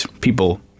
people